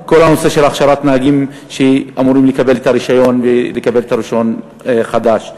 כל הנושא של הכשרת נהגים שאמורים לקבל את הרישיון ולקבל רישיון חדש.